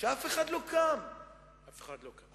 נא לברר במזכירות מה התארים של שני השרים יעלון ומרידור.